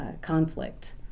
conflict